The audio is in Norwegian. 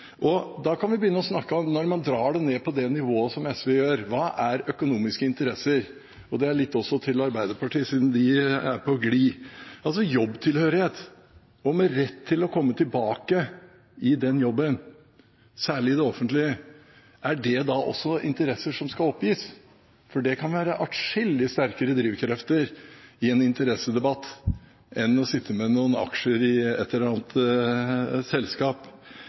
Når man drar det ned på det nivået som SV gjør, kan vi begynne å snakke om hva som er økonomiske interesser. Dette er også litt til Arbeiderpartiet, siden de er på glid. Hva med jobbtilhørighet og det å ha rett til å komme tilbake til den jobben man har hatt, særlig i det offentlige? Er det også interesser som skal oppgis? Det kan være adskillig mye sterkere drivkrefter i en interessedebatt enn å sitte med noen aksjer i et eller annet selskap.